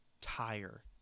tire